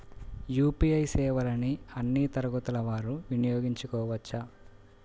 UPI సేవలని అన్నీ తరగతుల వారు వినయోగించుకోవచ్చా?